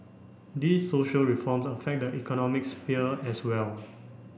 these social reform affect the economic sphere as well